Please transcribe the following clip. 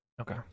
Okay